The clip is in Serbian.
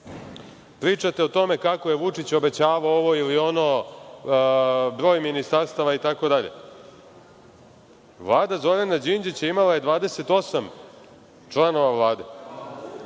Pričate o tome kako je Vučić obećavao ovo ili ono, broj ministarstava itd. Vlada Zorana Đinđića imala je 28 članova Vlade.